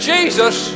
Jesus